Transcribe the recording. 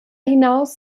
hinaus